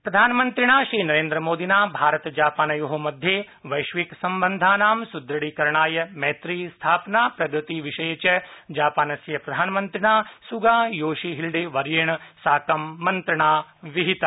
प्रधानमंत्री जापान प्रधानमंत्रिणा श्रीनरेन्द्रमोदिना भारत जापानयोः मध्ये वैश्विक सम्बन्धानां सुदृढ़ीकरणाय मैत्रीस्थापना प्रगति विषये च जापानस्य प्रधानमन्त्रिणा सुगा योशी हिल्डे वर्येण साकं मंत्रणा विहिता